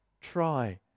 try